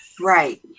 Right